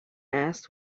asked